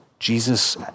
Jesus